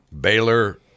Baylor